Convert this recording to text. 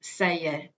säger